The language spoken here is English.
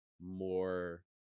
more